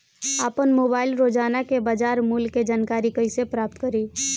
आपन मोबाइल रोजना के बाजार मुल्य के जानकारी कइसे प्राप्त करी?